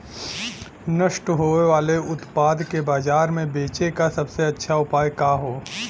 नष्ट होवे वाले उतपाद के बाजार में बेचे क सबसे अच्छा उपाय का हो?